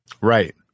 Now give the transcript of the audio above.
Right